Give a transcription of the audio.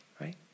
right